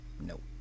nope